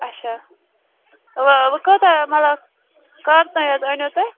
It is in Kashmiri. اَچھا وۅنۍ وۅنۍ کۭتیٛاہ مطلب کَر تانۍ حظ أنِو تُہۍ